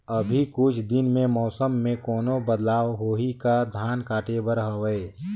अभी कुछ दिन मे मौसम मे कोनो बदलाव होही का? धान काटे बर हवय?